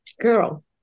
girl